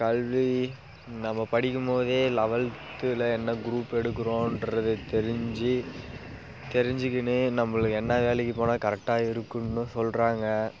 கல்வி நம்ம படிக்கும் போதே லவெல்த்தில் என்ன குரூப் எடுக்குறோம்ன்றத தெரிஞ்சு தெரிஞ்சுக்கின்னு நம்மள என்ன வேலைக்கு போனால் கரெட்டாக இருக்குன்னு சொல்கிறாங்க